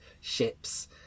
ships